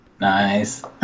nice